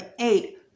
eight